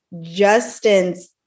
Justin's